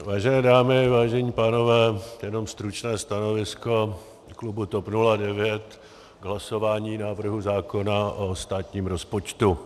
Vážené dámy, vážení pánové, jenom stručné stanovisko klubu TOP 09 k hlasování návrhu zákona o státním rozpočtu.